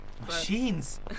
Machines